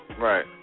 Right